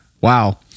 Wow